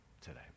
today